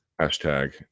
hashtag